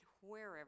wherever